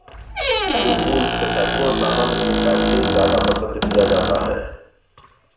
बूंद बूंद सिंचाई को सामान्य सिंचाई से ज़्यादा पसंद किया जाता है